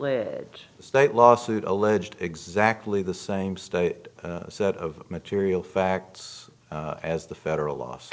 the state law suit alleged exactly the same state set of material facts as the federal laws